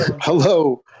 Hello